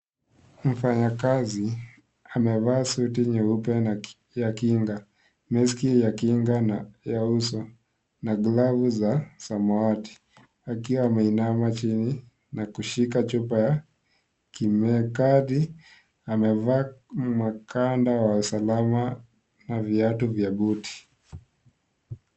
Mfanyikazi amevaa suti nyeupe ya kinga maski ya kinga ya uso na glavu za samawati akiwa ameinama chini na kushika chupa ya kemikali. Amevaa makanda ya usalama na viatu vya buti.